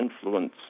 influence